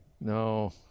No